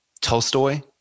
Tolstoy